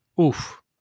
oof